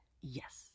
Yes